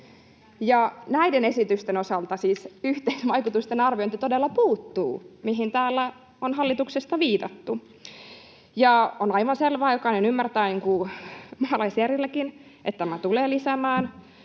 Näiden esitysten osalta siis yhteisvaikutusten arviointi todella puuttuu, mihin täällä on hallituksesta viitattu. On aivan selvää, jokainen ymmärtää niin kuin